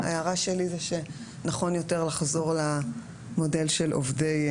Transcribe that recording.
ההערה שלי זה שנכון יותר לחזור למודל של עובדי מדינה.